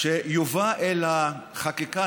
שיובא לחקיקה,